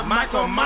Michael